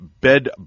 bed